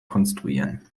konstruieren